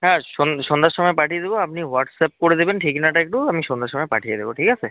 হ্যাঁ সন্ধ্যার সময় পাঠিয়ে দেবো আপনি হোয়াটসঅ্যাপ করে দেবেন ঠিকানাটা একটু আমি সন্ধ্যার সময় পাঠিয়ে দেবো ঠিক আছে